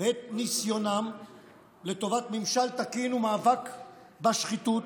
ואת ניסיונם לטובת ממשל תקין ומאבק בשחיתות,